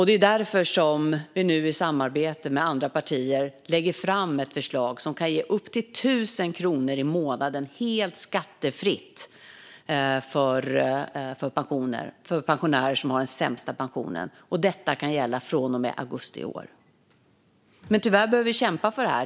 Det är därför som vi nu i samarbete med andra partier lägger fram ett förslag som kan ge upp till 1 000 kronor i månaden helt skattefritt för de pensionärer som har den sämsta pensionen, och detta kan gälla från och med augusti i år. Men tyvärr behöver vi kämpa för detta.